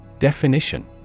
Definition